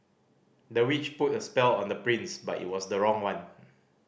the witch put a spell on the prince but it was the wrong one